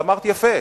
ואמרת יפה,